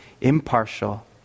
impartial